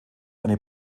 eine